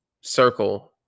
circle